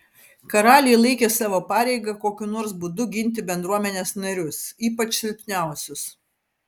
karaliai laikė savo pareiga kokiu nors būdu ginti bendruomenės narius ypač silpniausius